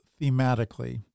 thematically